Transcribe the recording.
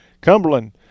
Cumberland